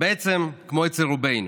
בעצם כמו אצל רובנו,